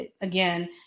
again